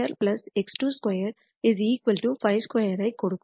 ஐக் கொடுக்கும்